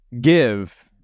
give